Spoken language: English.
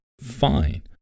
Fine